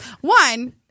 One